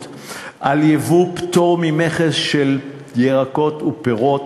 על ייבוא פטור ממכס של ירקות ופירות,